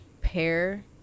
pair